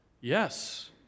yes